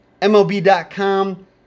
MLB.com